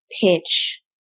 pitch